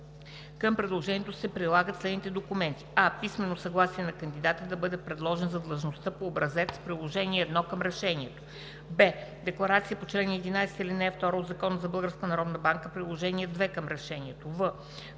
Към предложението се прилагат следните документи: